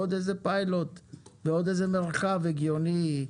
עוד איזה פיילוט ועוד איזה מרחב הגיוני,